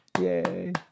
Yay